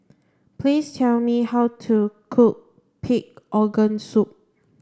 please tell me how to cook pig organ soup